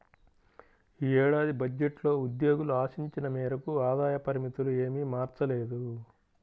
ఈ ఏడాది బడ్జెట్లో ఉద్యోగులు ఆశించిన మేరకు ఆదాయ పరిమితులు ఏమీ మార్చలేదు